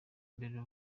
imbere